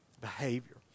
behavior